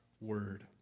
Word